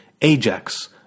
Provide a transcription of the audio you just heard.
AJAX